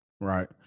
Right